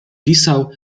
pisał